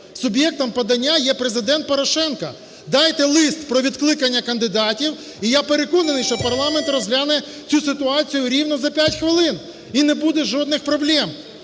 суб'єктом подання є Президент Порошенко. Дайте лист про відкликання кандидатів, і я переконаний, що парламент розгляне цю ситуацію рівно за 5 хвилин, і не буде жодних проблем.